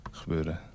gebeuren